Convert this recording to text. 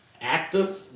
active